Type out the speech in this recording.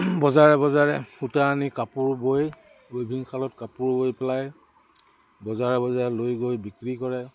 বজাৰে বজাৰে সূতা আনি কাপোৰ বৈ ৱিভিংশালত কাপোৰ বৈ পেলাই বজাৰে বজাৰে লৈ গৈ বিক্ৰী কৰে